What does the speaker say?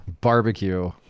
Barbecue